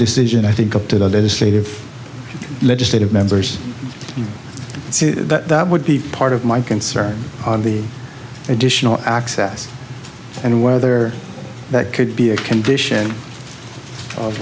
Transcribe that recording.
decision i think up to the legislative legislative members that would be part of my concern on the additional access and whether that could be a condition